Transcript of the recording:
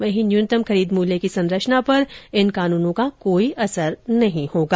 वहीं न्यूनतम खरीद मूल्य की संरचना पर इन कोनूनों का कोई असर नहीं होगा